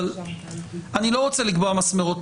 אבל אני לא רוצה לקבוע מסמרות,